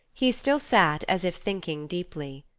he still sat as if thinking deeply.